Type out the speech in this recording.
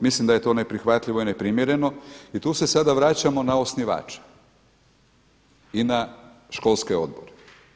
Mislim da je to neprihvatljivo i neprimjereno i tu se sada vraćamo na osnivača i na školske odbore.